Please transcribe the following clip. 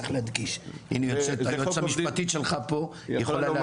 אם היועצת המשפטית שלך פה יכולה להתייחס.